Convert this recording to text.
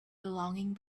belonging